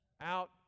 out